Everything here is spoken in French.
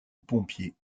pompiers